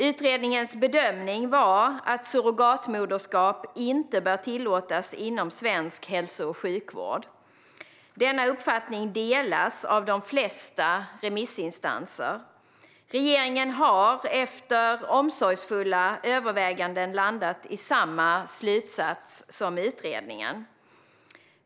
Utredningens bedömning var att surrogatmoderskap inte bör tillåtas inom svensk hälso och sjukvård. Denna uppfattning delas av de flesta remissinstanser. Regeringen har efter omsorgsfulla överväganden landat i samma slutsats som utredningen.